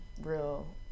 real